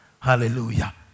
Hallelujah